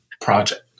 project